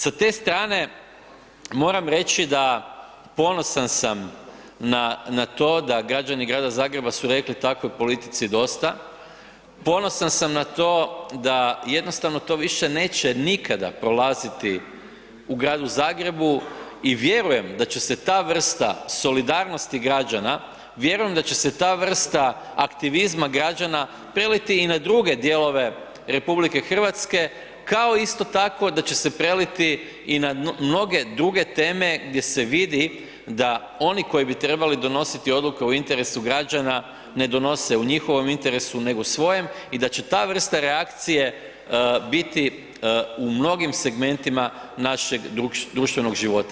Sa te strane moram reći da ponosan sam na to da građani Grada Zagreba su rekli takvoj politici dosta, ponosan sam na to da jednostavno to neće više nikada prolaziti u Gradu Zagrebu i vjerujem da će se ta vrsta solidarnosti građana, vjerujem da će se ta vrsta aktivizma građana preliti i na druge dijelove RH kao isto tako da će se preliti i na mnoge druge teme gdje se vidi da oni koji bi trebali donositi odluke u interesu građana ne donose u njihovom interesu nego svojem i da će ta vrsta reakcije biti u mnogim segmentima našeg društvenog života.